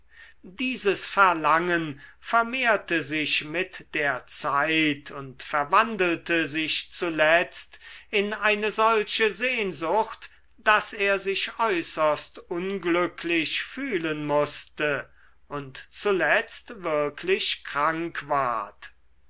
dieses verlangen vermehrte sich mit der zeit und verwandelte sich zuletzt in eine solche sehnsucht daß er sich äußerst unglücklich fühlen mußte und zuletzt wirklich krank ward